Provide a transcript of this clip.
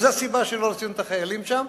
זאת הסיבה שלא רוצים את החיילים שם.